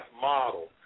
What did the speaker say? model